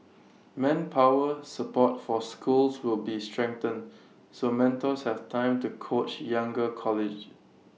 manpower support for schools will be strengthened so mentors have time to coach younger colleagues